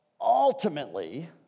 ultimately